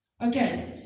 Okay